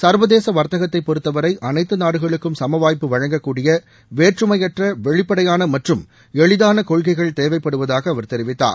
சர்வதேச வர்த்தகத்தை பொறுத்தவரை அனைத்து நாடுகளுக்கும் சம வாய்ப்பு வழங்க கூடிய வேற்றுமையற்ற வெளிப்படையான மற்றும் எளிதான கொள்கைகள் தேவைப்படுவதாக அவர் தெரிவித்தார்